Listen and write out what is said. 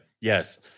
Yes